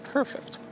Perfect